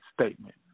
statement